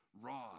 raw